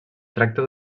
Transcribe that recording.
tracta